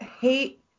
hate